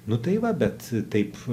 nu tai va bet taip